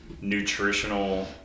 nutritional